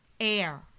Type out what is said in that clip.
Air